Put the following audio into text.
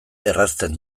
errazten